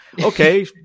okay